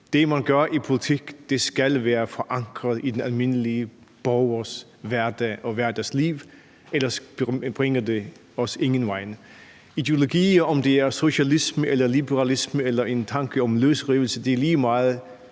det, man gør i politik, skal være forankret i den almindelige borgers hverdag og hverdagsliv. Ellers bringer det os ingen vegne. Ideologi – om det er socialisme eller liberalisme eller en tanke om løsrivelse – er lige meget.